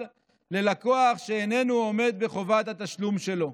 ללקוח שאיננו עומד בחובת התשלום שלו".